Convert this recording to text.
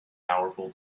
powerful